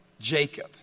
Jacob